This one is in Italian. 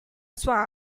sua